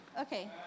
Okay